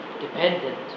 dependent